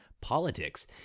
politics